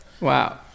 Wow